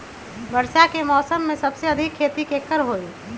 वर्षा के मौसम में सबसे अधिक खेती केकर होई?